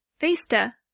Vista